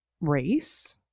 race